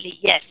yes